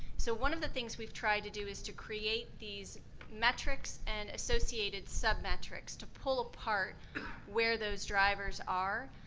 so one of the things we've tried to do is to create these metrics and associated sub-metrics to pull apart where those drivers are.